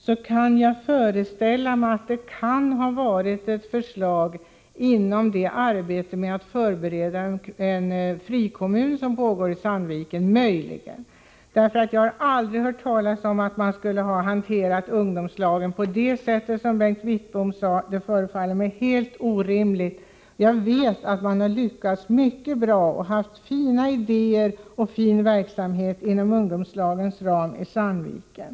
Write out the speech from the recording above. Jag kan föreställa mig att det möjligen kan ha varit ett förslag inom ramen för det arbete som pågår i Sandviken med att förbereda en frikommun. Jag har aldrig hört talas om att man skulle ha hanterat ungdomslagen på det sätt som Bengt Wittbom påstod att man gjort. Det förefaller mig helt orimligt. Jag vet att man har lyckats mycket bra och haft fina idéer och fin verksamhet inom ungdomslagens ram i Sandviken.